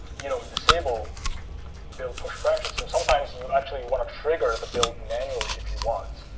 you know disable build push branches. so sometimes you actually want to trigger the build manually if you want.